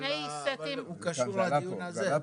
קשור לדיון הזה.